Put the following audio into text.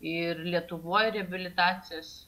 ir lietuvoj reabilitacijas